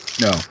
no